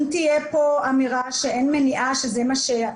אם תהיה כאן אמירה שאין מניעה שזה מה שיהיה,